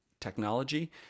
technology